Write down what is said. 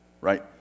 Right